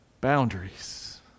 boundaries